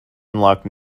unlock